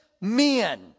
men